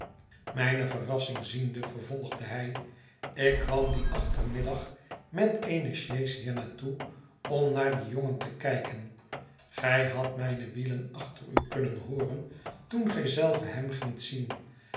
mijne verrassing ziende vervolgde hij ik kwam dien achtermiddag met eene sjees hier naar toe om naar dien jongen te kijken gij hadt mijne wielen achter u kunnen hooren toen gij zelve hem gingt zien